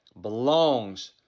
belongs